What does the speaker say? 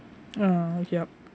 ah ya